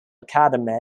academy